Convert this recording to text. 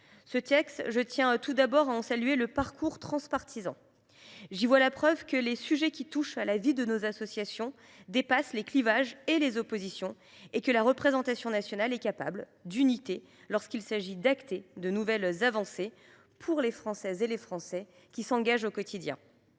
concrètes. Je tiens tout d’abord à saluer le caractère transpartisan de ce texte. J’y vois la preuve que les sujets qui touchent à la vie de nos associations dépassent les clivages et les oppositions et que la représentation nationale est capable d’unité lorsqu’il s’agit d’acter de nouvelles avancées pour les Françaises et les Français qui s’engagent au quotidien.